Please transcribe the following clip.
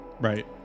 Right